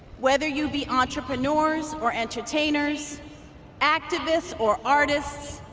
whether you be entrepreneurs or entertainers activists or artists,